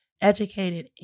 educated